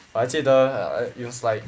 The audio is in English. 我还记得 err is like